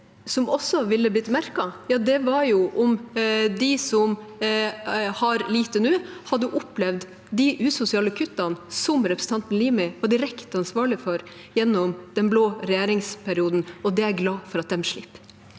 merket, var om de som har lite nå, hadde opplevd de usosiale kuttene som representanten Limi var direkte ansvarlig for gjennom den blå regjeringsperioden, og det er jeg glad for at de slipper.